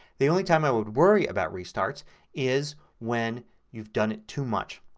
the only time i would worry about restarts is when you've done it too much.